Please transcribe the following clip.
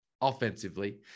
offensively